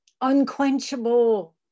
unquenchable